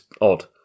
odd